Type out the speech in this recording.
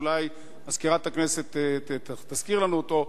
ואולי מזכירת הכנסת תזכיר לנו אותו,